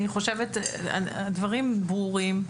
אני חושבת שהדברים ברורים,